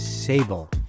Sable